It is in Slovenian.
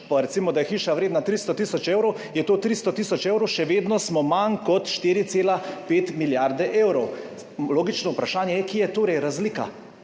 pa recimo, da je hiša vredna 300 tisoč evrov, je to 300 tisoč evrov in še vedno smo na manj kot 4,5 milijarde evrov. Logično vprašanje je, kje je torej razlika?